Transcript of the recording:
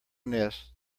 nest